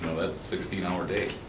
that's sixteen hour day,